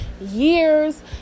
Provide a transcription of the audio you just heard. years